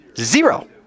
Zero